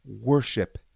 worship